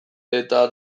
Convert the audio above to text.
eta